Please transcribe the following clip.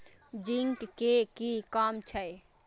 Zinc के कि काम छै?